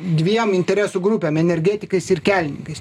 dviem interesų grupėm energetikais ir kelininkais